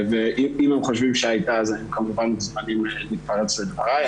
אם הם חושבים שהייתה הם מוזמנים כמובן להתפרץ לדבריי.